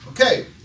Okay